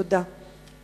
תודה.